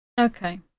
Okay